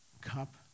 cup